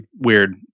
weird